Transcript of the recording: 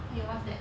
eh what's that